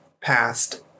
passed